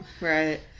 right